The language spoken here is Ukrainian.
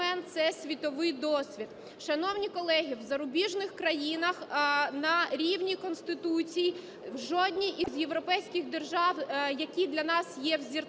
це світовий досвід. Шановні колеги, в зарубіжних країнах на рівні конституцій в жодній із європейських держав, які для нас є взірцем,